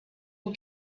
who